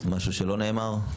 משהו שלא נאמר?